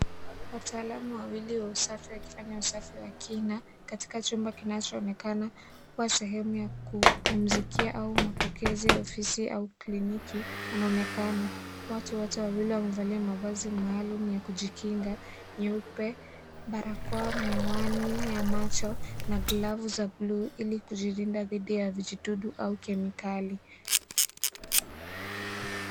Wataalamu wawili wa usafi wakifanya usafi wa kina katika chumba kinachoonekana kuwa sehemu ya kupumzikia au mapokezi ya ofisi au kliniki wanaonekana. Watu wote wawili wamevalia mavazi maalum ya kujikinga nyeupe, barakoa, miwani ya macho na glovu za bluu ili kujilinda dhidi ya vijidudu au kemikali.